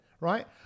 right